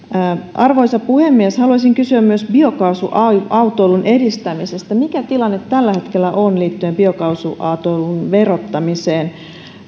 arvoisa puhemies haluaisin kysyä myös biokaasuautoilun edistämisestä mikä on tilanne tällä hetkellä liittyen biokaasuautoilun verottamiseen